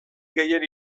gehien